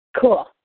Cool